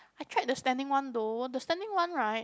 I tried the standing one though the standing one right